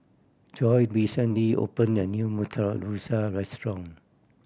Joye recently opened a new Murtabak Rusa restaurant